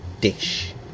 dish